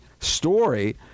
story –